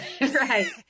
Right